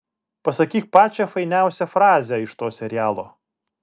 pasakyk pačią fainiausią frazę iš to serialo